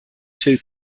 two